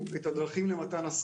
תתרום.